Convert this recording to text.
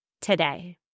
today